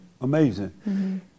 Amazing